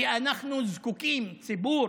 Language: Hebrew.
כי אנחנו, ציבור